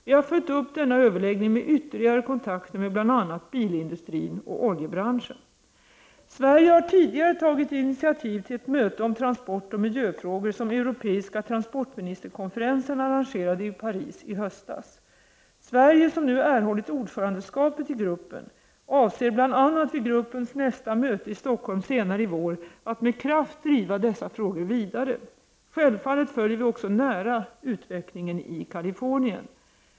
Vi har följt upp denna överläggning med ytterligare kontakter med bl.a. bilindustrin och oljebranschen. Sverige har tidigare tagit initiativ till ett möte om transportoch miljöfrågor som Europeiska transportministerkonferensen arrangerade i Paris i höstas. Sverige, som nu erhållit ordförandeskapet i gruppen, avser bl.a. vid gruppens nästa möte i Stockholm senare i vår att med kraft driva dessa frågor vidare. Självfallet följer vi också nära utvecklingen i Kalifornien.